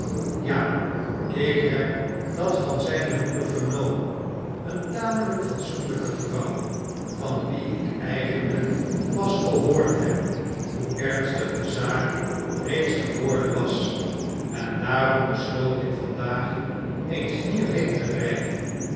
ja ik heb dat van zijne moeder vernomen eene tamelijk fatsoenlijke vrouw van wie ik eigenlijk pas gehoord heb hoe ernstig de zaak reeds geworden was en daarom besloot ik vandaag eens hie rheen te nj